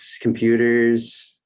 computers